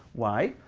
why?